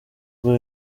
rwo